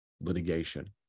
litigation